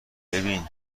ببین